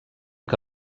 que